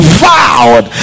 vowed